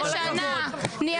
12 שנה הם נגד הדיור הציבורי.